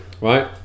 right